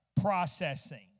processing